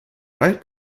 write